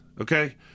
Okay